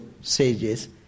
sages